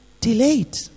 delayed